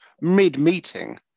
mid-meeting